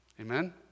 Amen